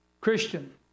Christian